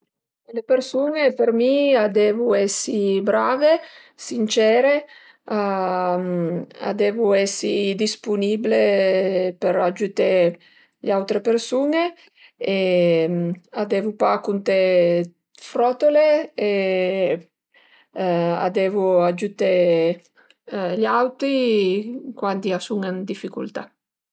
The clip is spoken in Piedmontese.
Le persun-e për mi a devu esi brave, sincere, a devu esi dispunible për agiüté gl'autre persun-e e a devu pa cunté 'd frotole e a devu agiüté gl'auti cuandi a sun ën dificultà